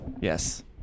Yes